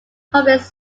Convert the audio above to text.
complex